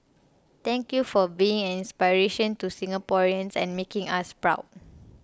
thank you for being an inspiration to Singaporeans and making us proud